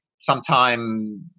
sometime